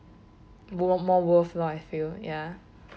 more worth lah if I feel